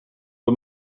een